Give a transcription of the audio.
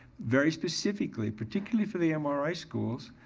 very specifically, particularly for the um ah mri schools.